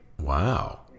Wow